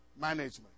management